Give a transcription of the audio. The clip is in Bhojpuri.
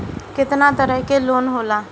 केतना तरह के लोन होला?